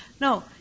No